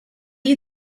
you